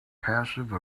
passive